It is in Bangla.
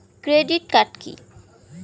Credit card key?